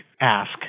ask